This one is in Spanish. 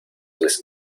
les